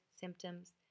symptoms